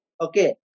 okay